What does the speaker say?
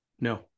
No